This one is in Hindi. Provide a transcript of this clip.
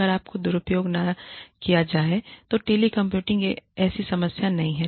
अगर इसका दुरुपयोग न किया जाए तो टेली कम्यूटिंग ऐसी समस्या नहीं है